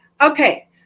Okay